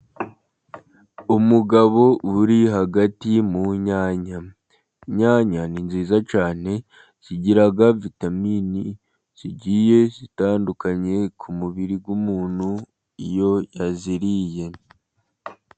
Umugabo uri hagati mu nyanya, inyanya ni nziza cyane zigira vitamini zigiye zitandukanye ku mubiri w'umuntu iyo yaziriye.